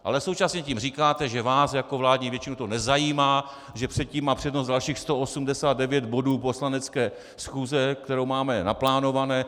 Ale současně tím říkáte, že vás jako vládní většinu to nezajímá a že před tím má přednost dalších 189 bodů poslanecké schůze, které máme naplánovány.